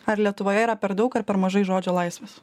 ar lietuvoje yra per daug ar per mažai žodžio laisvės